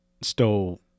stole